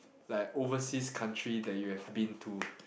like overseas country that you have been to